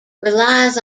relies